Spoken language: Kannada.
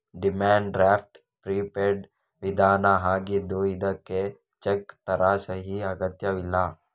ಡಿಮ್ಯಾಂಡ್ ಡ್ರಾಫ್ಟ್ ಪ್ರಿಪೇಯ್ಡ್ ವಿಧಾನ ಆಗಿದ್ದು ಇದ್ಕೆ ಚೆಕ್ ತರ ಸಹಿ ಅಗತ್ಯವಿಲ್ಲ